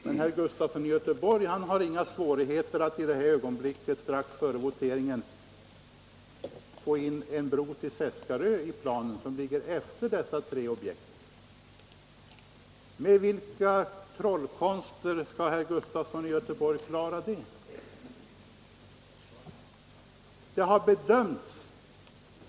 Herr Sven Gustafson i Göteborg har trots detta inga svårigheter att nu strax före voteringen få in i planen också en bro till Seskarö. Med vilka trollkonster skall herr Gustafson klara det?